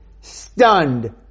stunned